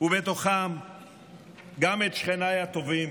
ובתוכם גם את שכניי הטובים